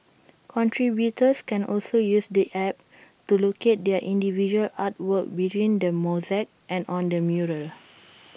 contributors can also use the app to locate their individual artwork within the mosaic and on the mural